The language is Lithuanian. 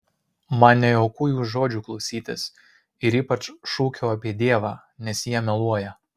man nejauku jų žodžių klausytis ir ypač šūkio apie dievą nes jie meluoja